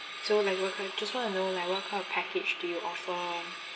so like what ki~ just want to know like what kind of package do you offer